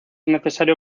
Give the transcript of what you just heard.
necesario